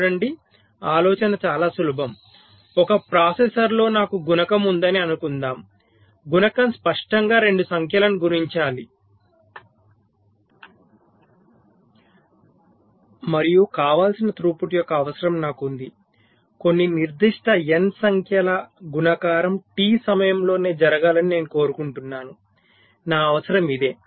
చూడండి ఆలోచన చాలా సులభం ఒక ప్రాసెసర్లో నాకు గుణకం ఉందని అనుకుందాం గుణకం స్పష్టంగా 2 సంఖ్యలను గుణించాలి మరియు కావాల్సిన త్రుపుట్ యొక్క అవసరం నాకు ఉంది కొన్ని నిర్దిష్ట n సంఖ్యల గుణకారం T సమయంలోనే జరగాలని నేను కోరుకుంటున్నాను నా అవసరం ఇదే